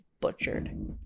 butchered